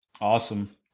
Awesome